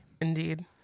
Indeed